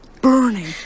burning